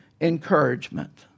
encouragement